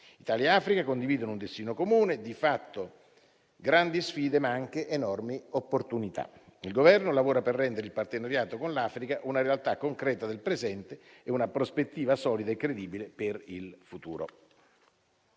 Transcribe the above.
Italia e Africa condividono un destino comune e, di fatto, grandi sfide, ma anche enormi opportunità. Il Governo lavora per rendere il partenariato con l'Africa una realtà concreta del presente e una prospettiva solida e credibile per il futuro.